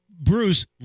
Bruce